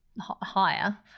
higher